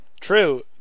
True